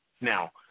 Now